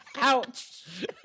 Ouch